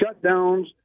shutdowns